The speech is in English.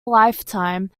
lifetime